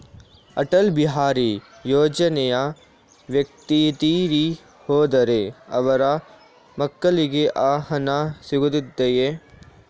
ಅಟಲ್ ಬಿಹಾರಿ ಯೋಜನೆಯ ವ್ಯಕ್ತಿ ತೀರಿ ಹೋದರೆ ಅವರ ಮಕ್ಕಳಿಗೆ ಆ ಹಣ ಸಿಗುತ್ತದೆಯೇ?